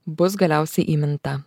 bus galiausiai įminta